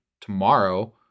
tomorrow